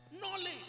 knowledge